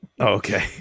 okay